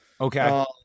Okay